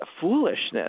foolishness